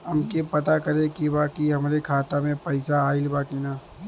हमके पता करे के बा कि हमरे खाता में पैसा ऑइल बा कि ना?